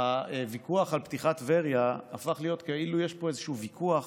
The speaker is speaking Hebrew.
הוויכוח על פתיחת טבריה הפך להיות כאילו יש פה איזשהו ויכוח